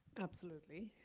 absolutely.